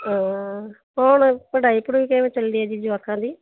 ਹਾਂ ਹੁਣ ਪੜ੍ਹਾਈ ਪੁੜਾਈ ਕਿਵੇਂ ਚੱਲਦੀ ਹੈ ਜੀ ਜਵਾਕਾਂ ਦੀ